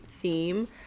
theme